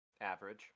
Average